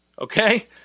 Okay